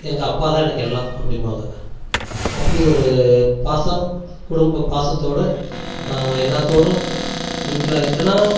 எங்கள் அப்பா தான் எனக்கு எல்லாம் அப்படிம்பாங்க அப்படி ஒரு பாசம் குடும்ப பாசத்தோடு நான் எல்லாத்தோடும் மிங்கில் ஆகிட்டனா